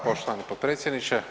poštovani potpredsjedniče.